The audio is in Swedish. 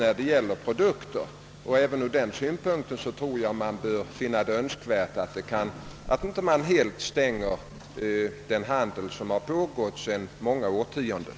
Även ur den synpunkten kan man finna det önskvärt att inte helt stänga den handel som pågår sedan många årtionden.